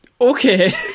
Okay